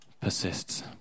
persists